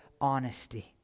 honesty